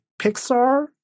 pixar